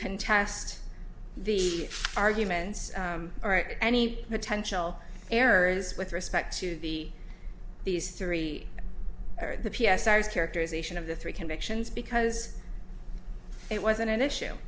contest the arguments or any potential errors with respect to be these three or the p s r's characterization of the three convictions because it wasn't an issue